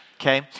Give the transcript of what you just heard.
okay